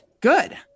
Good